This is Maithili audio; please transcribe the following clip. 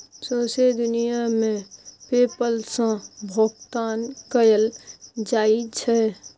सौंसे दुनियाँ मे पे पल सँ भोगतान कएल जाइ छै